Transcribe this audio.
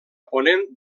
ponent